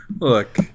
Look